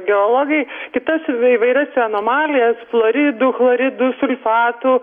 geologai kitas va įvairias anomalijas fluoridų chloridų sulfatų